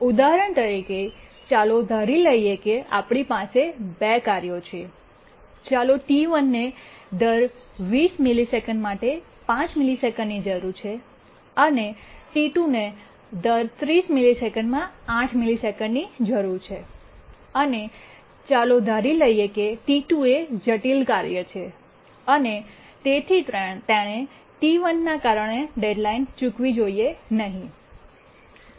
ઉદાહરણ તરીકે ચાલો ધારી લઈએ કે આપણી પાસે 2 કાર્યો છે અને ચાલો T1 ટી૧ ને દર 20 મિલિસેકન્ડ માટે 5 મિલિસેકન્ડની જરૂર છે અને T2 ટી૨ ને દર 30 મિલિસેકન્ડમાં 8 મિલિસેકન્ડની જરૂર છે અને ચાલો ધારી લઈએ કે T2 ટી૨ એ જટિલ કાર્ય છે અને તેથી તેણે T1 ટી૧ ના કારણે ડેડલાઇન ચૂકવી જોઈએ નહીં